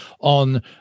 on